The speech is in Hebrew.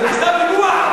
לשמן את המנגנון.